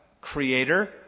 Creator